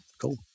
cool